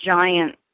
giant